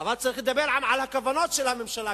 אבל צריך לדבר גם על הכוונות של הממשלה,